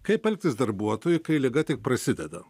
kaip elgtis darbuotojui kai liga tik prasideda